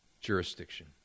jurisdiction